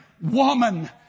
woman